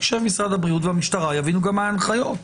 שמשרד הבריאות והמשטרה יבינו גם מה ההנחיות.